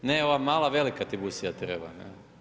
Ne ova mala, velika ti busija treba.